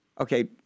Okay